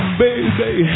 baby